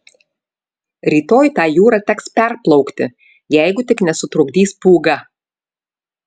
rytoj tą jūrą teks perplaukti jeigu tik nesutrukdys pūga